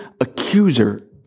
accuser